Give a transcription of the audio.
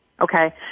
Okay